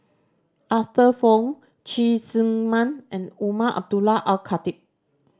Arthur Fong Cheng Tsang Man and Umar Abdullah Al Khatib